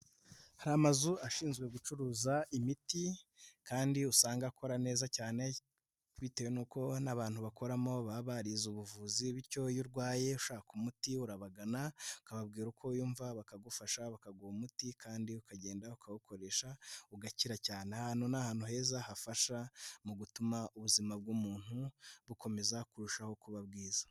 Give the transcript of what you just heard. Hari amazu ashinzwe gucuruza imiti kandi usanga akora neza cyane bitewe nuko n'abantu bakoramo baba barize ubuvuzi bityo iyo urwaye ushaka umuti. Urabagana ukababwira uko wiyumva bakagufasha bakaguha umuti kandi ukagenda ukawukoresha ugakira cyane. Aha hantu ni ahantu heza hafasha mu gutuma ubuzima bw'umuntu bukomeza kurushaho kuba bwiza.